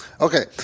Okay